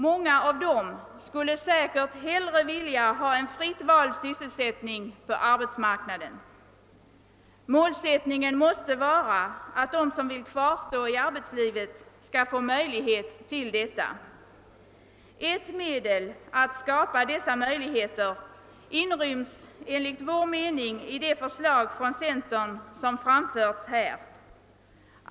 Många av dem skulle säkert hellre vilja ha en fritt vald sysselsättning på arbetsmarknaden. Målsättningen måste vara att de som vill kvarstå i arbetslivet skall få möjligheter till detta. Ett medel att skapa dessa möjligheter inryms enligt vår mening i de förslag från centern som framförts här.